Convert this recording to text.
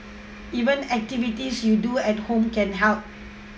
even activities you do at home can help